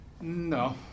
No